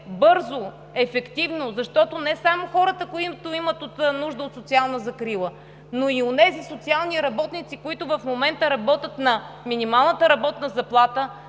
бързо, ефективно, защото то е не само за хората, които имат нужда от социална закрила, но и за онези социални работници, които в момента работят на минималната работна заплата